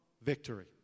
victory